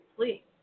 please